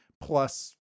plus